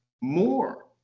more